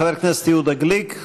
חבר הכנסת יהודה גליק,